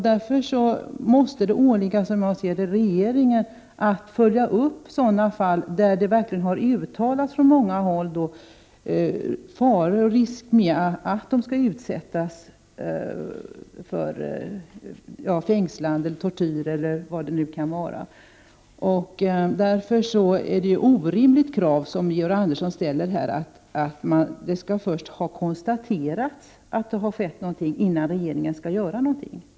Därför måste det åligga regeringen att följa upp sådana fall där det från många håll verkligen uttalats farhågor för att asylsökande skulle kunna fängslas, utsättas för tortyr osv. Därför är det ett orimligt krav som Georg Andersson här ställer, att det först skall ha konstaterats att det har skett någonting innan regeringen kan göra något.